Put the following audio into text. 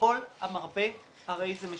"כל המרבה הרי זה משובח",